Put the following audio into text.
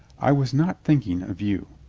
i was not thinking of you,